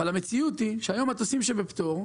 אבל המציאות היא שמטוסים שבפטור,